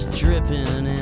dripping